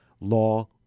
law